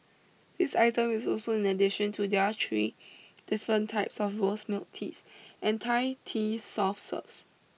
this item is also in addition to their three different types of rose milk teas and Thai tea soft serves